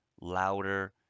louder